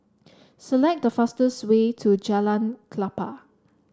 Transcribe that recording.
select the fastest way to Jalan Klapa